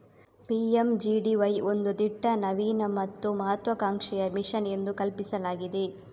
PMGDY ಒಂದು ದಿಟ್ಟ, ನವೀನ ಮತ್ತು ಮಹತ್ವಾಕಾಂಕ್ಷೆಯ ಮಿಷನ್ ಎಂದು ಕಲ್ಪಿಸಲಾಗಿದೆ